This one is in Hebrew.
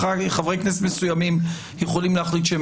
חברי כנסת מסוימים יכולים להחליט שהם